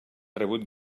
rebut